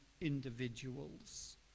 individuals